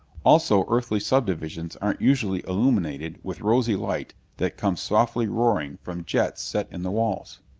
also earthly subdivisions aren't usually illuminated with rosy light that comes softly roaring from jets set in the walls.